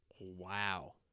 Wow